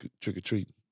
trick-or-treating